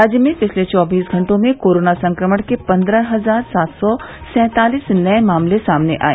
राज्य में पिछले चौबीस घंटों में कोरोना संक्रमण के पन्द्रह हजार सात सौ सैंतालीस नये मामले सामने आये